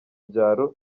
byaro